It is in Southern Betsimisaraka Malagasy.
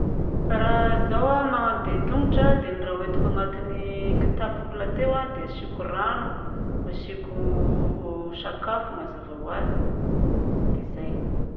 Raha zaho a magnano dia tongotra dia ny raha hoentiko agnatin'ny kitapoko lahateo a dia asiako rano, asiako sakafo mazava ho azy, dia izay.